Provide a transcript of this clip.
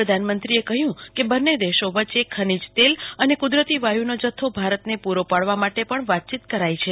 પ્રધાનમંત્રીએ કહ્યું કે બંને દેશો વચ્ચે ખનીજ તેલ અને કુદરતી વાયુનો જથ્થો ભારતને પુરો પાડવા માટે પણ વાતચીત કરી છે